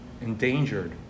endangered